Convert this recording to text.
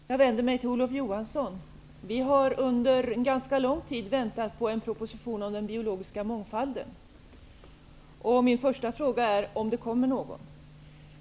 Herr talman! Jag vänder mig till Olof Johansson. Vi har under en ganska lång tid väntat på en proposition om den biologiska mångfalden. Min första fråga är: Kommer det någon?